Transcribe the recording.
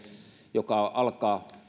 joka alkaa